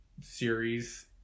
series